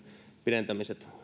pidentymiset